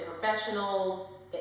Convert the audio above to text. professionals